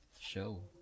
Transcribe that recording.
show